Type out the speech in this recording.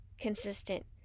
consistent